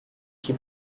que